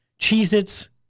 Cheez-Its